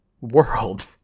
world